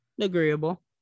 Agreeable